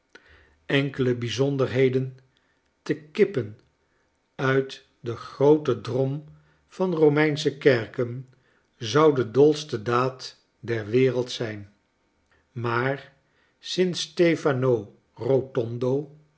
enkele bijzonderheden te kippen uit den grooten drom van romeinsche kerken zou de dolste daad der wereld zijn maar s t stefano